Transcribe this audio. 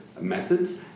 Methods